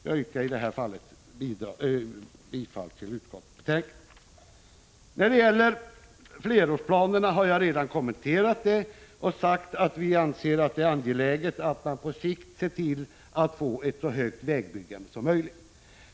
Jag yrkar i det här fallet bifall till utskottets hemställan. Flerårsplanerna har jag redan kommenterat. Jag har sagt att vi anser att det är angeläget att man på sikt ser till att få ett så stort vägbyggande som möjligt.